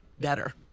better